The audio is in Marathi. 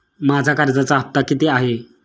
माझा कर्जाचा हफ्ता किती आहे?